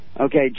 Okay